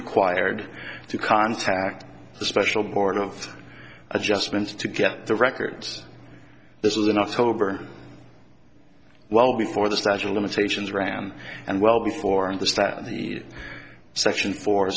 required to contact the special board of adjustments to get the records this is an october well before the statue of limitations ran and well before and the start of the session for